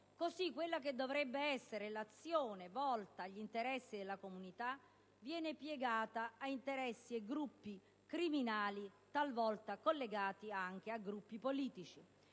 Così, quella che dovrebbe essere l'azione volta agli interessi della comunità, viene piegata ad interessi di gruppi criminali, talvolta collegati anche a gruppi politici.